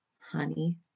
honey